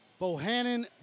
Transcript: Bohannon